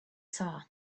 saw